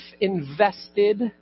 Invested